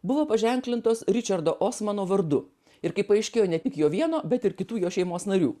buvo paženklintos ričardo osmano vardu ir kaip paaiškėjo ne tik jo vieno bet ir kitų jo šeimos narių